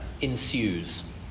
ensues